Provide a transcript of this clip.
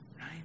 right